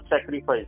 sacrifice